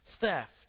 theft